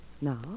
now